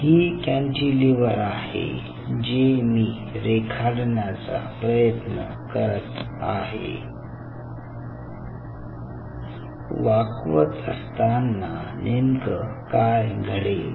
ही cantilever आहे जे मी रेखाटण्याचा प्रयत्न करत आहे वाकवत असताना नेमक काय घडेल